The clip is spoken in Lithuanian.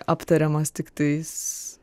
aptariamas tiktais